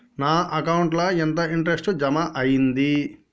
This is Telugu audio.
నా అకౌంట్ ల ఎంత ఇంట్రెస్ట్ జమ అయ్యింది?